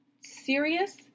serious